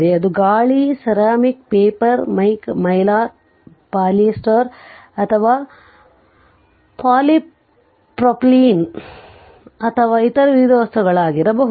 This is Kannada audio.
ಅದು ಗಾಳಿ ceramic paper mica Mylar polyester ಅಥವಾ polypropylene ceramic paper mica Mylar polyester or polypropylene ಅಥವಾ ಇತರ ವಿವಿಧ ವಸ್ತುಗಳಾಗಿರಬಹುದು